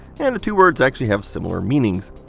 and the two words actually have similar meanings.